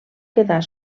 quedar